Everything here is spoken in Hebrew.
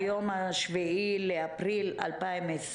היום 7 באפריל 2020,